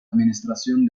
administración